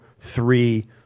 three